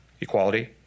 equality